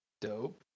Dope